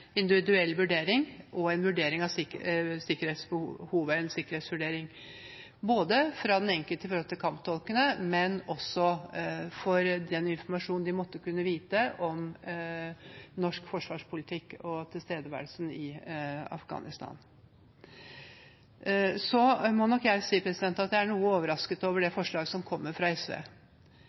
individuell vurdering og en sikkerhetsvurdering av den enkelte kamptolk, men også den informasjonen de måtte kunne ha om norsk forsvarspolitikk og tilstedeværelsen i Afghanistan. Så må jeg nok si at jeg er noe overrasket over det forslaget som kommer fra SV,